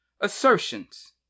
assertions